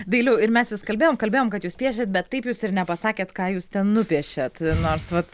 dailiau ir mes vis kalbėjom kalbėjom kad jūs piešėt bet taip jūs ir nepasakėt ką jūs ten nupiešėt nors vat